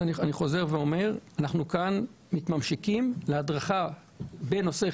אני חוזר ואומר שאנחנו כאן מתממשקים להדרכה בנושאי